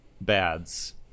bads